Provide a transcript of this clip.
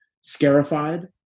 Scarified